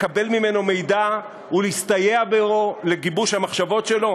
לקבל ממנו מידע ולהסתייע בו לגיבוש המחשבות שלו?